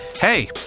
hey